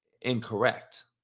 incorrect